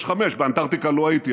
יש חמש; באנטרקטיקה לא הייתי,